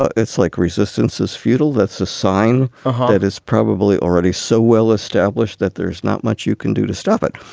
it's like resistance is futile. that's a sign ah ah that is probably already so well established that there's not much you can do to stop it.